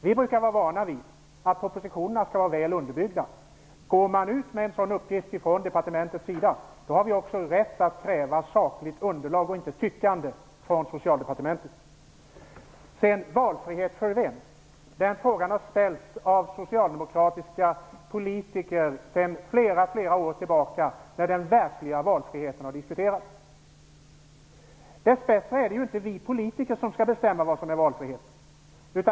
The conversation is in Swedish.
Vi är vana vid att propositioner är väl underbyggda. Om departementet går ut med en sådan uppgift har vi också rätt att kräva sakligt underlag, och inte tyckande, från Socialdepartementet. Frågan om valfrihet för vem har ställts av socialdemokratiska politiker sedan flera år tillbaka när den verkliga valfriheten har diskuterats. Dess bättre är det inte vi politiker som skall bestämma vad som är valfrihet.